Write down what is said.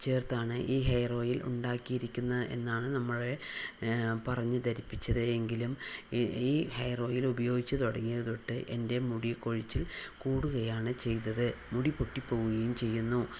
ചേർത്താണ് ഈ hair oil ഉണ്ടാക്കിയിരിക്കുന്നത് എന്നാണ് നമ്മളെ പറഞ്ഞു ധരിപ്പിച്ചത് എങ്കിലും ഈ ഹെയർ ഓയിൽ ഉപയോഗിച്ച് തുടങ്ങിയത് തൊട്ട് എൻ്റെ മുടി കൊഴിച്ചിൽ കൂടുകയാണ് ചെയ്തത് മുടി പൊട്ടിപ്പോവുകയും ചെയ്യുന്നു